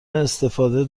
استفاده